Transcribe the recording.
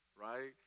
right